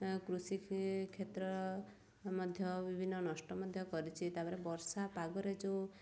କୃଷି କ୍ଷେତ୍ର ମଧ୍ୟ ବିଭିନ୍ନ ନଷ୍ଟ ମଧ୍ୟ କରିଛି ତାପରେ ବର୍ଷା ପାଗରେ ଯେଉଁ